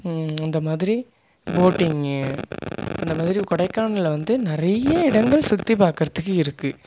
அந்த மாதிரி போட்டிங்கு அந்த மாதிரி கொடைக்கானலில் வந்து நிறையா இடங்கள் சுற்றி பாக்கிறதுக்கு இருக்கு